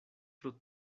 pro